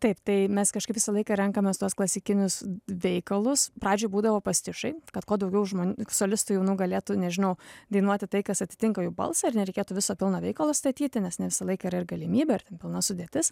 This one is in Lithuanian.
taip tai mes kažkaip visą laiką renkamės tuos klasikinius veikalus pradžioj būdavo pastišai kad kuo daugiau žmonių solistų jaunų galėtų nežinau dainuoti tai kas atitinka jų balsą ir nereikėtų viso pilno veikalo statyti nes ne visą laiką yra ir galimybė ar ten pilna sudėtis